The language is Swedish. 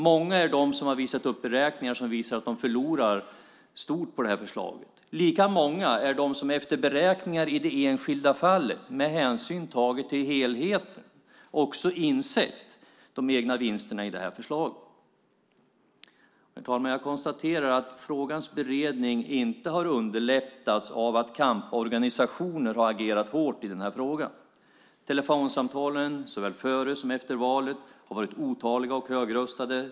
Många är de som har visat upp beräkningar som visar att de förlorar stort på det här förslaget. Lika många är de som efter beräkningar i det enskilda fallet, med hänsyn tagen till helheten, också insett de egna vinsterna i det här förslaget. Herr talman! Jag konstaterar att frågans beredning inte har underlättats av att kamporganisationer har agerat hårt i den här frågan. Telefonsamtalen, såväl före som efter valet, har varit otaliga och högröstade.